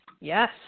Yes